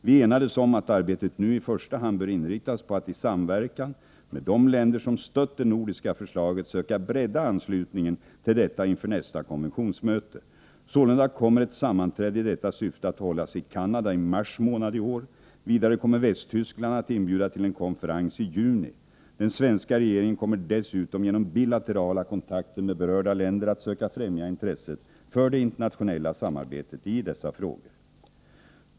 Vi enades om att arbetet nu i första hand bör inriktas på att i samverkan med de länder som stött det nordiska förslaget söka bredda anslutningen till detta inför nästa konventionsmöte. Sålunda kommer ett sammanträde i detta syfte att hållas i Canada i mars månad i år. Vidare kommer Västtyskland att inbjuda till en konferens i juni. Den svenska regeringen kommer dessutom genom bilaterala kontakter med berörda länder att söka främja intresset för det internationella samarbetet i dessa frågor.